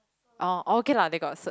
orh okay lah they got search